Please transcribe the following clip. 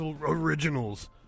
Originals